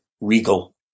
regal